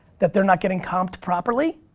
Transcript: that they're not getting comp'd properly,